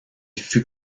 fut